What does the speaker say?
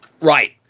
Right